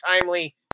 Timely